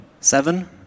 Seven